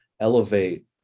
elevate